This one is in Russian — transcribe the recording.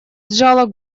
сжала